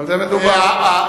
בזה מדובר.